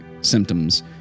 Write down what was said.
symptoms